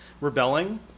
rebelling